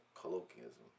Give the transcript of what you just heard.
Colloquialism